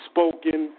Spoken